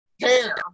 hair